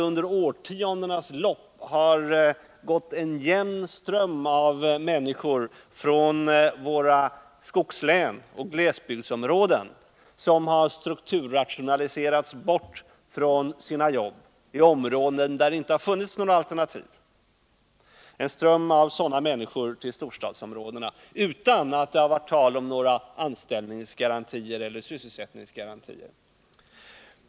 Under årtiondenas lopp har det gått en jämn ström av människor till storstadsområdena från våra skogslän och glesbygdsområden, människor som har strukturrationaliserats bort från sina jobb i områden där det inte har funnits några alternativ — utan att det har varit tal om några anställningsgarantier eller sysselsättningsgarantier.